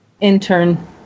intern